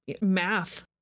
math